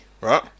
Right